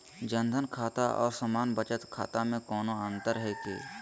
जन धन खाता और सामान्य बचत खाता में कोनो अंतर है की?